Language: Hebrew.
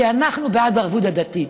כי אנחנו בעד ערבות הדדית,